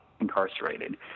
incarcerated